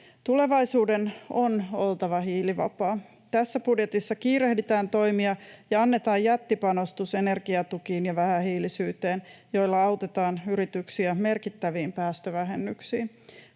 Tulevaisuuden on oltava hiilivapaa. Tässä budjetissa kiirehditään toimia ja annetaan jättipanostus energiatukiin ja vähähiilisyyteen, joilla autetaan yrityksiä merkittäviin päästövähennyksiin.